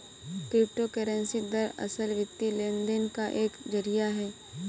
crypto currency दरअसल, वित्तीय लेन देन का एक जरिया है